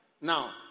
Now